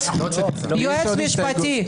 היועץ המשפטי,